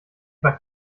bei